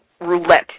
roulette